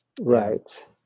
Right